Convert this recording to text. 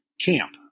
camp